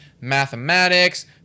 mathematics